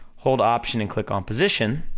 hold option and click on position,